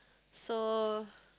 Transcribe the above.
so